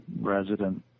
resident